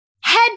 head